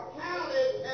counted